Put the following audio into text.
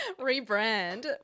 rebrand